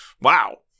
Wow